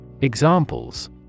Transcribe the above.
Examples